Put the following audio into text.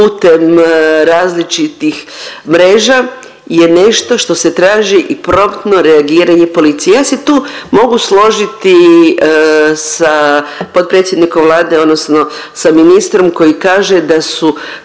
putem različitih mreža je nešto što se traži i promptno reagiranje policije. Ja se tu mogu složiti sa potpredsjednikom Vlade odnosno sa ministrom koji kaže da su